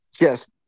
yes